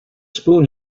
spoon